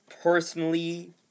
personally